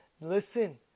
Listen